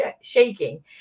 shaking